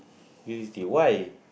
Vivo-city why